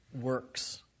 works